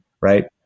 Right